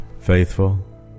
Faithful